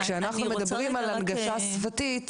כשאנחנו מדברים על הנגשה שפתית